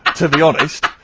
to be honest,